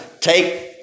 take